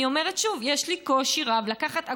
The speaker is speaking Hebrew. אני אומרת שוב: יש לי קושי רב לקחת,